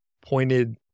pointed